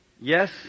Yes